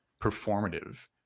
performative